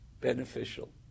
beneficial